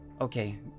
Okay